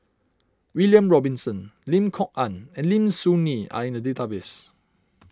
William Robinson Lim Kok Ann and Lim Soo Ngee are in the database